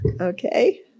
okay